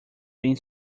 being